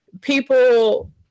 people